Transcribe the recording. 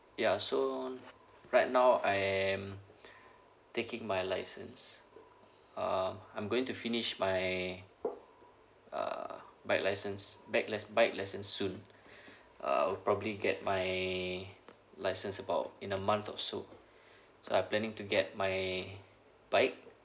ya so right now I am taking my license um I'm going to finish my uh bike's license bike licen~ bike license soon uh I'll probably get my license about in the month or so I'm planning to get my bike